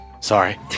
Sorry